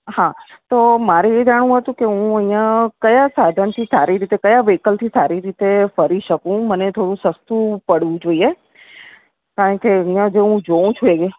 હા તો મારે એ જાણવું હતુ કે હું અહીં કયા સાધનથી સારી રીતે કયા વ્હીકલથી સારી રીતે ફરી શકું અને મને થોડું સસ્તું પડવું જોઈએ કારણકે અહીં જે હું જોઉં છુ અહીં